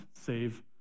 save